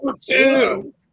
two